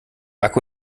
akku